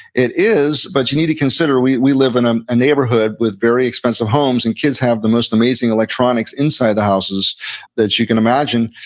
it is, but you need to consider, we we live in a neighborhood with very expensive homes, and kids have the most amazing electronics inside the houses that you can imagine.